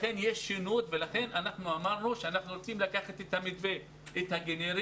יש שונות ולכן אמרנו שאנחנו רוצים לקחת את המתווה הגנרי